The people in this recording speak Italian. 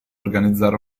organizzare